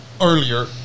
earlier